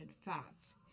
fats